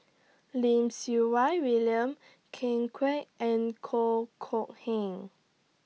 Lim Siew Wai William Ken Kwek and Kok Kok Heng